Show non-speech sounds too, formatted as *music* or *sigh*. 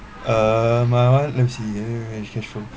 uh my one let me see *noise*